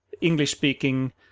English-speaking